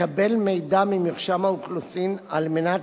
לקבל מידע ממוחשב ממרשם האוכלוסין על מנת